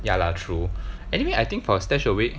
ya lah true anyway I think for stash away